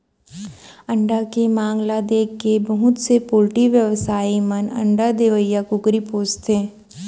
अंडा के मांग ल देखके बहुत से पोल्टी बेवसायी मन अंडा देवइया कुकरी पोसथें